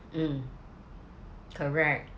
mm correct